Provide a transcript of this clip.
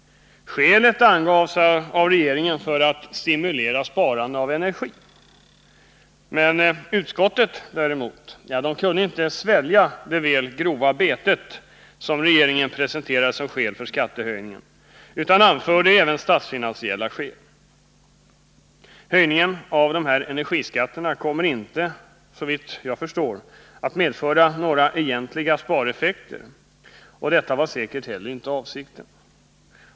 Skälet angavs av regeringen vara att stimulera sparandet av energi. Utskottet däremot kunde inte svälja det väl grova bete som regeringen presenterade som skäl för skattehöjningen, utan anförde även statsfinansiella skäl. Höjningen av dessa energiskatter kommer inte, såvitt jag förstår, att medföra några egentliga spareffekter, och detta var säkerligen inte heller avsikten.